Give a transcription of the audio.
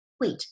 Wait